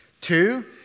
Two